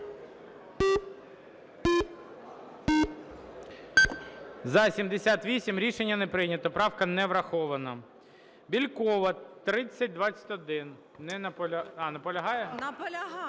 За-78 Рішення не прийнято. Правка не врахована. Бєлькова, 3021. Наполягає? Наполягає.